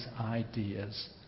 ideas